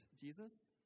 Jesus